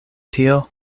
tio